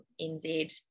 NZ